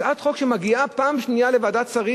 הצעת חוק שמגיעה פעם שנייה לוועדת שרים,